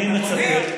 האוויר עומד?